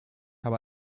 habe